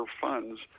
funds